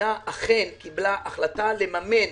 המדינה אכן קיבלה החלטה לממן,